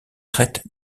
traitent